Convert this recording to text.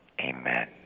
Amen